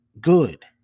good